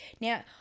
now